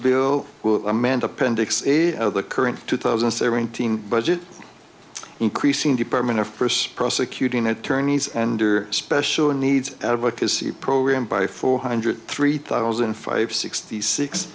bill will amend appendix eight of the current two thousand and seventeen budget increasing department of purse prosecuting attorneys and or special needs advocacy program by four hundred three thousand five sixty six